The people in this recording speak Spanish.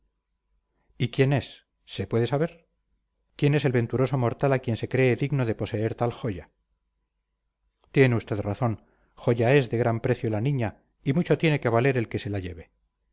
y quién es se puede saber quién es el venturoso mortal a quien se cree digno de poseer tal joya tiene usted razón joya es de gran precio la niña y mucho tiene que valer el que se la lleve